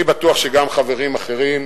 אני בטוח שגם חברים אחרים,